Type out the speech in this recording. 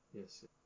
Yes